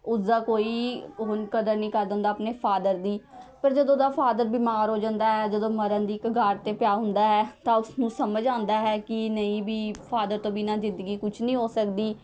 ਉਸਦਾ ਕੋਈ ਹੁਣ ਕਦਰ ਨਹੀਂ ਕਰਦਾ ਹੁੰਦਾ ਆਪਣੇ ਫਾਦਰ ਦੀ ਪਰ ਜਦੋਂ ਉਹਦਾ ਫਾਦਰ ਬਿਮਾਰ ਹੋ ਜਾਂਦਾ ਹੈ ਜਦੋਂ ਮਰਨ ਦੀ ਕਗਾਰ 'ਤੇ ਪਿਆ ਹੁੰਦਾ ਹੈ ਤਾਂ ਉਸਨੂੰ ਸਮਝ ਆਉਂਦਾ ਹੈ ਕਿ ਨਹੀਂ ਵੀ ਫਾਦਰ ਤੋਂ ਬਿਨਾ ਜ਼ਿੰਦਗੀ ਕੁਛ ਨਹੀਂ ਹੋ ਸਕਦੀ